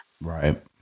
Right